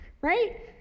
right